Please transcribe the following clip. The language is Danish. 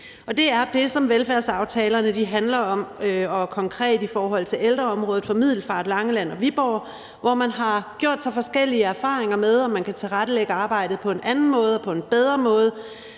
Det er det, som velfærdsaftalerne handler om, og konkret er det i forhold til ældreområdet i kommunerne Middelfart, Langeland og Viborg, hvor man har gjort sig forskellige erfaringer med, om man kan tilrettelægge arbejdet på en anden måde og på en bedre måde.